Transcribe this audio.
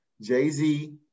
Jay-Z